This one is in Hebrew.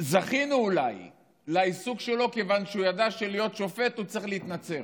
זכינו אולי לעיסוק שלו כיוון שהוא ידע שכדי להיות שופט הוא צריך להתנצר.